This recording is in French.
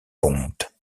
ponte